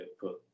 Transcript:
put